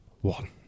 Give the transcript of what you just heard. one